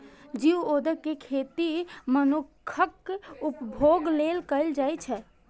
geoduck के खेती मनुक्खक उपभोग लेल कैल जाइ छै